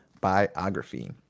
biography